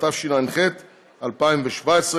התשע"ח 2017,